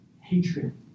hatred